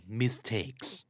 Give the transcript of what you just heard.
mistakes